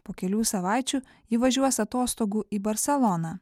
po kelių savaičių ji važiuos atostogų į barseloną